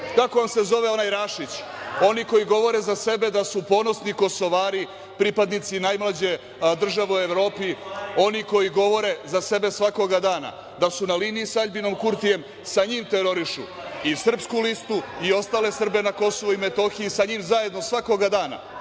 Kako vam se zove onaj Rašić? Oni koji govore za sebe da su ponosni Kosovari, pripadnici najmlađe države u Evropi, oni koji govore za sebe svakog dana da su na liniji sa Aljbinom Kurtijem sa njim terorišu i Srpsku listu i ostale Srbe na KiM. Sa njim zajedno svakog dana